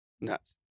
Nuts